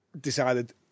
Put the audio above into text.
decided